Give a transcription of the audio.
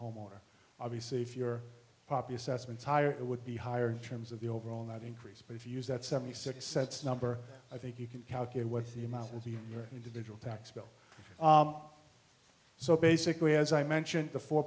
or obviously if you're poppy assessments higher it would be higher in terms of the overall net increase but if you use that seventy six sets number i think you can calculate what the amount of the individual tax bill so basically as i mentioned the four